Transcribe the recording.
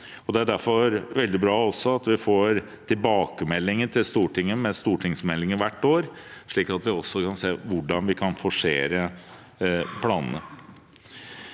Derfor er det veldig bra at vi får tilbakemeldinger til Stortinget med stortingsmelding hvert år, slik at vi også kan se på hvordan vi kan forsere planene.